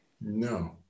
no